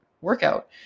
workout